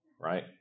right